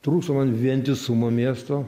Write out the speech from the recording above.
trūksta man vientisumo miesto